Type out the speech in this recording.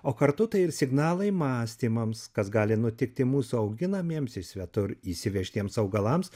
o kartu tai ir signalai mąstymams kas gali nutikti mūsų auginamiems iš svetur įsivežtiems augalams